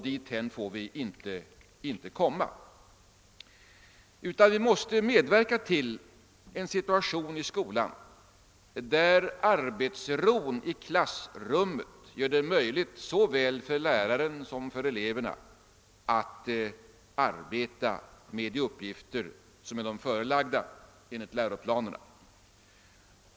Dithän får vi inte komma, utan vi måste medverka till att åstadkomma en sådan situation i skolan, att arbetsron i klassrummet gör det möjligt för såväl läraren som eleverna att arbeta med de uppgifter som är dem förelagda enligt läroplanen.